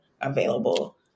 available